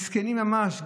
מסכנים ממש,